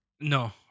No